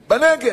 בנגב.